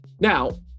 Now